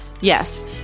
Yes